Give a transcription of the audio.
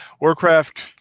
Warcraft